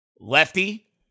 Lefty